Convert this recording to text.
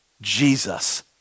Jesus